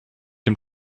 dem